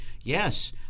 yes